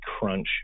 crunch